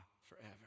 forever